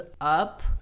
up